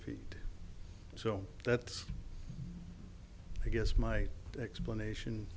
feet so that's i guess my explanation